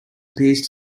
appears